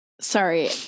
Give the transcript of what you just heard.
sorry